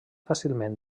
fàcilment